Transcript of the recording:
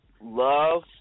Love